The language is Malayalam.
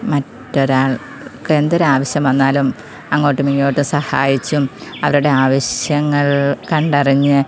മറ്റൊരാൾക്കെന്തൊരാവശ്യം വന്നാലും അങ്ങോട്ടുമിങ്ങോട്ടും സഹായിച്ചും അവരുടെ ആവശ്യങ്ങൾ കണ്ടറിഞ്ഞ്